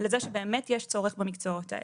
לזה שבאמת יש צורך במקצועות האלה.